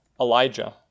Elijah